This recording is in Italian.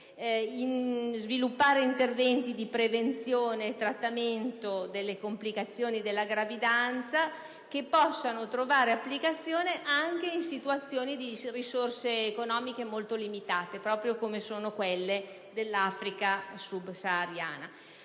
sviluppare interventi di prevenzione e trattamento delle complicazioni della gravidanza che possano trovare applicazione anche in situazioni di risorse economiche molto limitate, proprio come quelle dell'Africa sub-sahariana.